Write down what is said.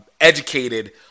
educated